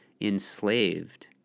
enslaved